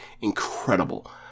incredible